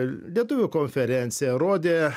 lietuvių konferenciją rodė